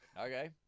Okay